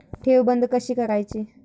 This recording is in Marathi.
ठेव बंद कशी करायची?